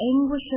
anguish